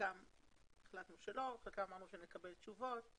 חלקם החלטנו לא ולגבי חלקם אמרנו שנקבל תשובות.